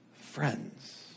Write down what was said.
friends